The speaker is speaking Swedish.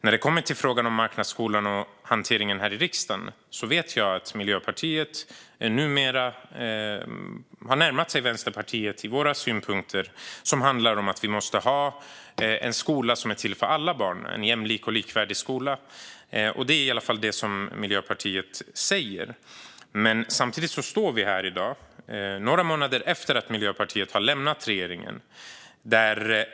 När det kommer till frågan om marknadsskolan och hanteringen här i riksdagen vet jag att Miljöpartiet numera har närmat sig Vänsterpartiets synpunkter som handlar om att vi måste ha en skola som är till för alla barn - en jämlik och likvärdig skola. Det är i alla fall det som Miljöpartiet säger. Men samtidigt står vi här i dag, några månader efter att Miljöpartiet har lämnat regeringen.